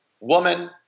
woman